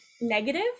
negative